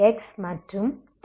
x மற்றும் t